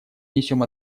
несем